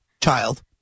child